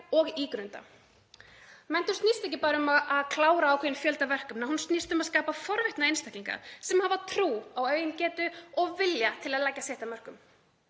og ígrunda. Menntun snýst ekki bara um að klára ákveðinn fjölda verkefna. Hún snýst um að skapa forvitna einstaklinga sem hafa trú á eigin getu og vilja til að leggja sitt af mörkum.